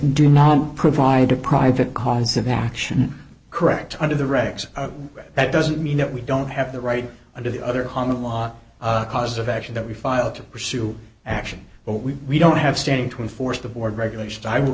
do not provide a private cause of action correct under the regs that doesn't mean that we don't have the right under the other common law cause of action that we filed to pursue action but we we don't have standing to enforce the board regulations i will